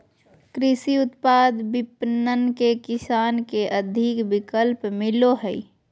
कृषि उत्पाद विपणन से किसान के अधिक विकल्प मिलो हइ